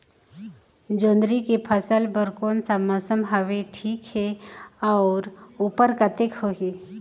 जोंदरी के फसल बर कोन सा मौसम हवे ठीक हे अउर ऊपज कतेक होही?